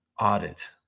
audit